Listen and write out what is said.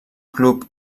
club